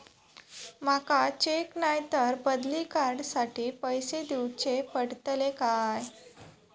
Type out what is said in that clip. माका चेक नाय तर बदली कार्ड साठी पैसे दीवचे पडतले काय?